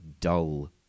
dull